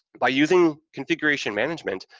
by using configuration management,